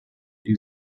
die